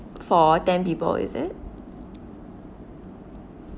for ten people is it